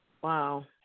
Wow